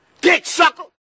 dick-sucker